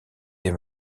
des